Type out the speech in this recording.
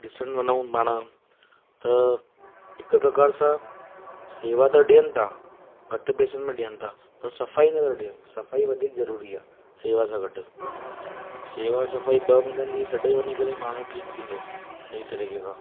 ॾिसणु वञऊं पाण त हिक प्रकार सां सेवा त ॾेयण था घटि पैसनि में ॾेयण था पर सफ़ाई नथा ॾेयण सफ़ाई वधीक ज़रूरी आहे सेवा सां गॾु त सेवा सफ़ाई बि मिलंदी तॾहिं वञी करे माण्हू ठीकु थींदो सही तरीक़े सां